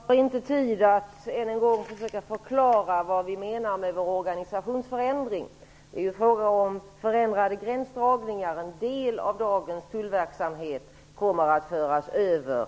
Fru talman! Jag har inte tid att än en gång försöka förklara vad vi menar med vår organisationsförändring. Det är fråga om förändrade gränsdragningar. En del av dagens tullverksamhet kommer att föras över